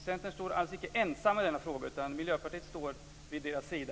Centern är alltså icke ensamt i denna fråga, utan åtminstone Miljöpartiet står vid dess sida.